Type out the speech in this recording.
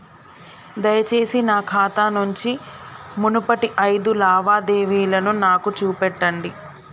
దయచేసి నా ఖాతా నుంచి మునుపటి ఐదు లావాదేవీలను నాకు చూపెట్టండి